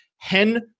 hen